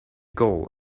coal